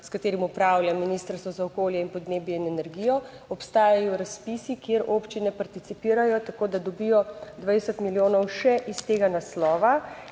s katerim upravlja Ministrstvo za okolje, podnebje in energijo. Obstajajo razpisi, kjer občine participirajo tako, da dobijo 20 milijonov še iz tega naslova.